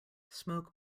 smoke